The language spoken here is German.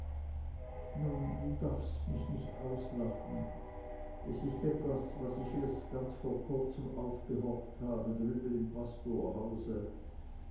du darfst mich nicht auslachen es ist etwas was ich erst ganz vor kurzem aufgehorcht habe drüben im